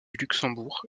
luxembourg